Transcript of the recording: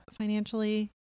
financially